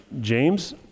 James